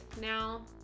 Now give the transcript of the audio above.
now